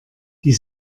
die